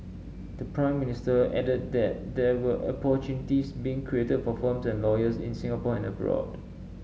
the Prime Minister added that there were opportunities being created for firms and lawyers in Singapore and abroad